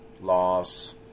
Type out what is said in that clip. loss